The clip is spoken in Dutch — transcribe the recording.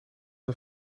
een